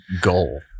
goal